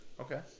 Okay